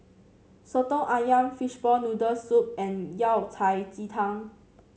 Soto ayam Fishball Noodle Soup and Yao Cai Ji Tang